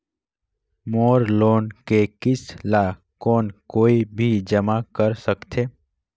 मोर loan के किस्त ल कौन कोई भी जमा कर सकथे?